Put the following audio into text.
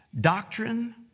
doctrine